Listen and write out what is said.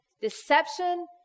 deception